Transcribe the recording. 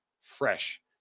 fresh